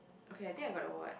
okay I think I got the word